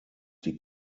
die